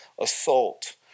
assault